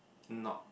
not